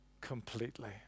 completely